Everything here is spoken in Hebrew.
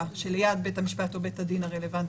שליד בית המשפט או בית הדין הרלוונטיים.